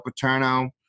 Paterno